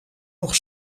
nog